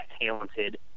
talented